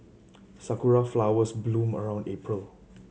sakura flowers bloom around April